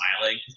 smiling